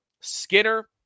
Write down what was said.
Skinner